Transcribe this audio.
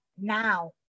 now